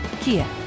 Kia